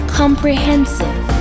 comprehensive